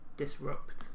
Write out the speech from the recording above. Disrupt